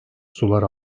sular